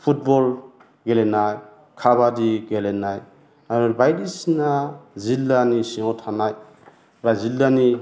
football गेलेनाय खाबादि गेलेनाय आरो बायदिसिना जिल्लानि सिङाव थानाय बा जिल्लानि